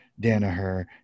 Danaher